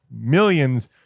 millions